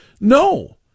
no